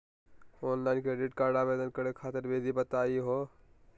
Online credit card आवेदन करे खातिर विधि बताही हो?